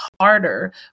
harder